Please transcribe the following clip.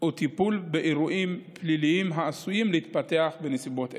ועל טיפול באירועים פליליים העשויים להתפתח בנסיבות אלה.